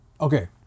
okay